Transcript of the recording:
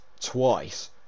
twice